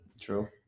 True